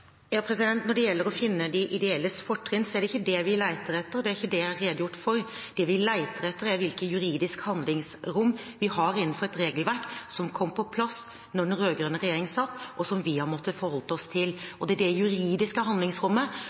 Når det gjelder å finne de ideelles fortrinn, så er det ikke det vi leter etter, og det er ikke det jeg har redegjort for. Det vi leter etter, er hvilket juridisk handlingsrom vi har innenfor et regelverk som kom på plass da den rød-grønne regjeringen satt, og som vi har måttet forholde oss til. Det er i det juridiske handlingsrommet,